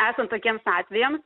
esant tokiems atvejams